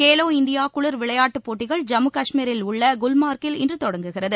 Khelo India குளிர் விளையாட்டுப் போட்டிகள் ஜம்மு கஷ்மீரில் உள்ள குல்மா்கில் இன்று தொடங்குகிறது